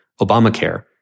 Obamacare